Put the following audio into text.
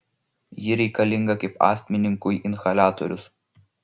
ji reikalinga kaip astmininkui inhaliatorius